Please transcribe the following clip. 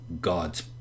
God's